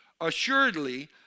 Assuredly